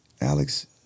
Alex